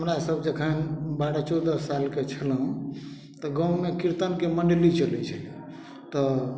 हमरा सब जखन बारह चौदह सालके छलहुॅं तऽ गाँवमे कीर्तनके मण्डली चलै छलय तऽ